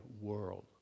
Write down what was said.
world